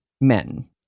men